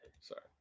Sorry